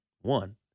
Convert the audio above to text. one